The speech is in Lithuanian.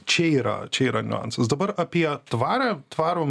čia yra čia yra niuansas dabar apie tvarią tvarų